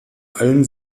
allen